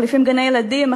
מחליפים גני-ילדים,